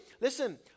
Listen